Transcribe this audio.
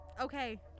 okay